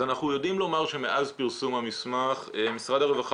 אז אנחנו יודעים לומר שמאז פרסום המסמך משרד הרווחה